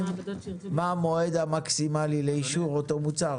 מה המועד המקסימלי לאישור אותו מוצר.